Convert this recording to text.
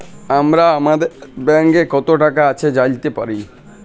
আমরা আমাদের ব্যাংকে কত টাকা আছে জাইলতে পারি